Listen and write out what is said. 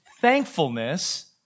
thankfulness